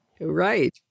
Right